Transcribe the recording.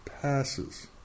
passes